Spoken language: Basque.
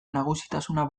nagusitasuna